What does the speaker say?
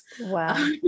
Wow